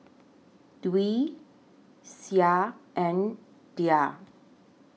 Dwi Syah and Dhia